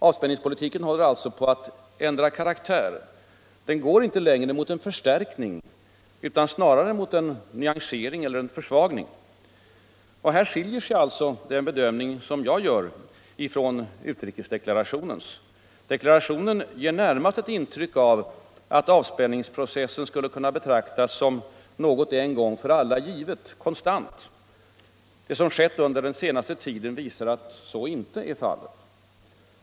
Avspänningspolitiken håller alltså på att ändra karaktär. Den går inte längre mot en förstärkning utan snarare mot en nyansering eller försvagning. Här skiljer sig den bedömning jag gör ifrån utrikesdeklarationens. Deklarationen ger närmast ett intryck av att avspänningsprocessen skulle kunna betraktas som något en gång för alla givet, något konstant. Det som skett under den senaste tiden visar att så inte är fallet.